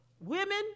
Women